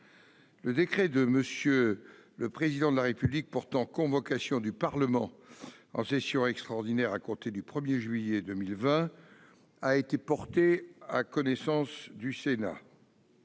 le décret de M. le Président de la République portant convocation du Parlement en session extraordinaire, à compter du 1 juillet 2020, a été porté à la connaissance du Sénat.